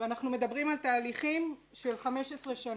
ואנחנו מדברים על תהליכים של 15 שנה.